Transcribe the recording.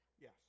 Yes